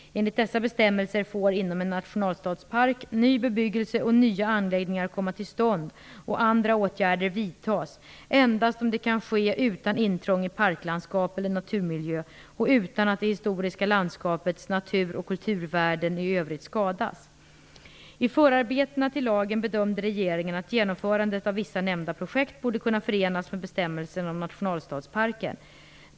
Enligt dessa bestämmelser får inom en nationalstadspark ny bebyggelse och nya anläggningar komma till stånd och andra åtgärder vidtas endast om det kan ske utan intrång i parklandskap eller naturmiljö och utan att det historiska landskapets natur och kulturvärden i övrigt skadas. I förarbetena till lagen bedömde regeringen att genomförandet av vissa nämnda projekt borde kunna förenas med bestämmelserna om nationalstadsparken.